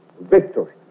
victory